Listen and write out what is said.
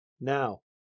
Now